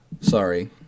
Sorry